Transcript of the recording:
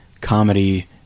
comedy